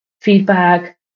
feedback